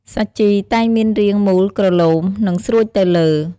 សាជីតែងមានរាងមូលក្រឡូម និងស្រួចទៅលើ។